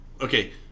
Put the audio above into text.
okay